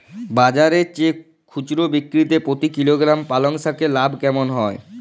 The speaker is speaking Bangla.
বাজারের চেয়ে খুচরো বিক্রিতে প্রতি কিলোগ্রাম পালং শাকে লাভ কেমন হয়?